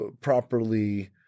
properly